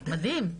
מדהים.